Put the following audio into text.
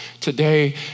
today